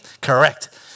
Correct